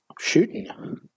Shooting